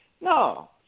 No